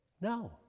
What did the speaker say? No